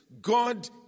God